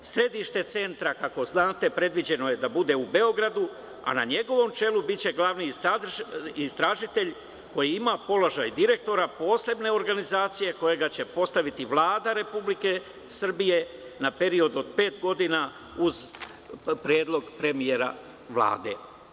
Sedište centra, kako znate, predviđeno je da bude u Beogradu, a na njegovom čelu biće glavni istražitelj koji ima položaj direktora posebne organizacije koga će postaviti Vlada Republike Srbije na period od pet godina uz predlog premijera Vlade.